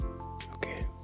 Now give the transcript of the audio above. Okay